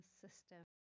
system